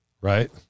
Right